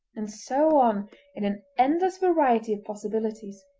and so on in an endless variety of possibilities.